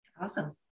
Awesome